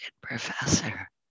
professor